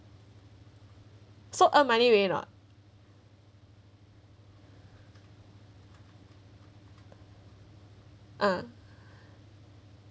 so earn money really not uh